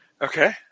Okay